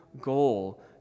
goal